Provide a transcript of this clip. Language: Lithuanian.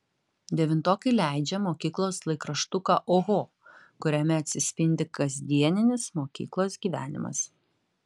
devintokai leidžia mokyklos laikraštuką oho kuriame atsispindi kasdieninis mokyklos gyvenimas